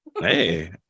hey